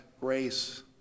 grace